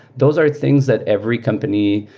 those are things that every company,